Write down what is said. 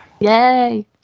Yay